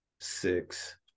six